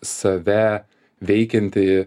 save veikiantį